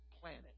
planet